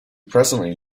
presently